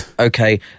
Okay